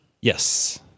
Yes